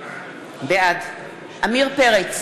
בעד עמיר פרץ,